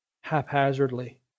haphazardly